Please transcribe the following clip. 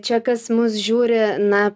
čia kas mus žiūri na